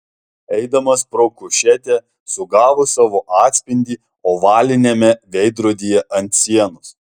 eidamas pro kušetę sugavo savo atspindį ovaliniame veidrodyje ant sienos